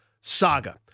saga